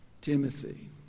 Timothy